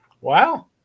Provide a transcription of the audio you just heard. Wow